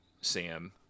Sam